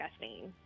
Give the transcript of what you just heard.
disgusting